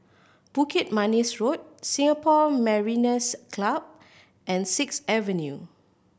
Bukit Manis Road Singapore Mariners' Club and Sixth Avenue